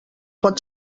pot